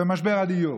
ומשבר הדיור.